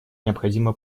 необходимо